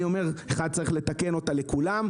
אני אומר 1. צריך לתקן אותה לכולם,